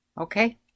okay